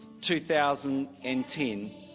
2010